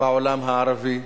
בעולם הערבי.